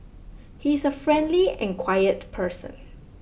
he is a friendly and quiet person